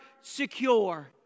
secure